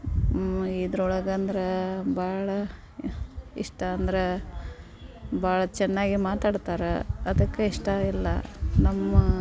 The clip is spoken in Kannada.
ಮು ಇದ್ರೊಳಗಂದ್ರೆ ಭಾಳ ಇಷ್ಟ ಅಂದ್ರೆ ಭಾಳ ಚೆನ್ನಾಗಿ ಮಾತಾಡ್ತಾರೆ ಅದಕ್ಕೆ ಇಷ್ಟ ಎಲ್ಲ ನಮ್ಮ